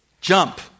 Jump